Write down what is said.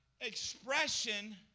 Expression